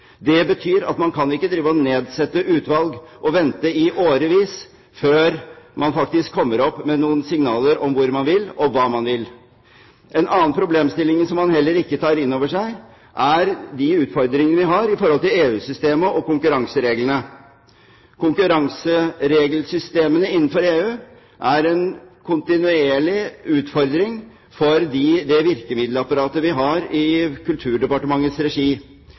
Det betyr at man kan ikke drive og nedsette utvalg og vente i årevis før man kommer opp med noen signaler om hvor man vil og hva man vil. En annen problemstilling som man heller ikke tar inn over seg, er de utfordringene vi har knyttet til EU-systemet og konkurransereglene. Konkurranseregelsystemene innenfor EU er en kontinuerlig utfordring for det virkemiddelapparatet vi har i Kulturdepartementets regi.